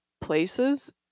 places